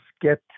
get